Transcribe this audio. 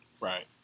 right